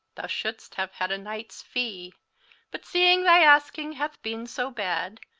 thou sholdst have had a knightes fee but seeing thy asking hath beene soe bad,